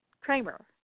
Kramer